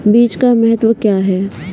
बीज का महत्व क्या है?